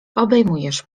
obejmujesz